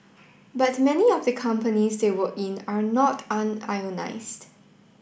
but many of the companies they work in are not unionised